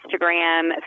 Instagram